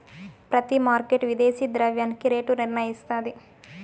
ప్రతి మార్కెట్ విదేశీ ద్రవ్యానికి రేటు నిర్ణయిస్తాయి